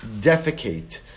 defecate